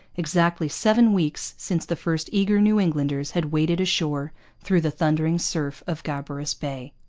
exactly seven weeks since the first eager new englanders had waded ashore through the thundering surf of gabarus bay.